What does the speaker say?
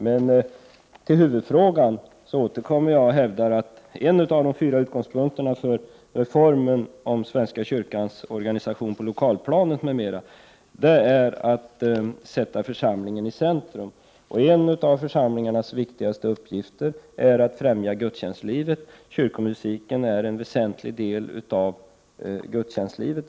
Men jag återkommer till huvudfrågan och hävdar att en av de fyra utgångspunkterna för reformeringen av svenska kyrkans organisation på lokalplanet är att sätta församlingen i centrum. En av församlingarnas viktigaste uppgifter är att främja gudstjänstlivet, och kyrkomusiken är en väsentlig del av gudstjänstlivet.